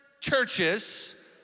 churches